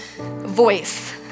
voice